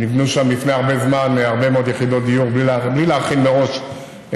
נבנו שם לפני הרבה זמן הרבה מאוד יחידות דיור בלי להכין מראש תשתיות,